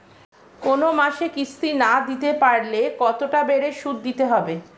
কোন মাসে কিস্তি না দিতে পারলে কতটা বাড়ে সুদ দিতে হবে?